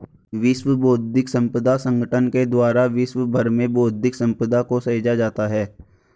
विश्व बौद्धिक संपदा संगठन के द्वारा विश्व भर में बौद्धिक सम्पदा को सहेजा जाता है